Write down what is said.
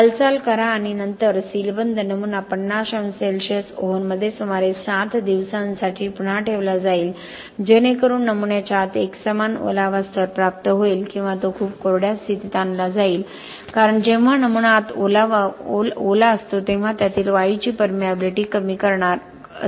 हालचाल करा आणि नंतर सीलबंद नमुना 50 अंश सेल्सिअस ओव्हनमध्ये सुमारे 7 दिवसांसाठी पुन्हा ठेवला जाईल जेणेकरून नमुन्याच्या आत एकसमान ओलावा स्तर प्राप्त होईल किंवा तो खूप कोरड्या स्थितीत आणला जाईल कारण जेव्हा नमुना आत ओलावा असतो तेव्हा त्यातील वायूची परमिएबिलिटी कमी करणार आहे